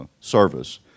service